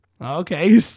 okay